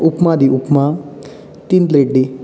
उपमा दी उपमा तीन प्लेट दी